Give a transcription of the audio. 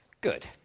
Good